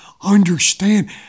understand